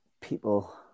people